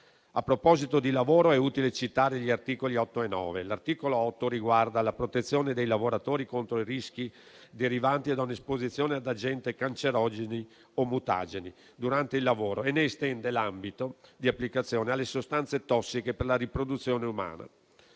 A proposito di lavoro, è utile citare gli articoli 8 e 9. L'articolo 8 riguarda la protezione dei lavoratori contro i rischi derivanti da un'esposizione ad agenti cancerogeni o mutageni durante il lavoro e ne estende l'ambito di applicazione alle sostanze tossiche per la riproduzione umana.